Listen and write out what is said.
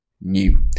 new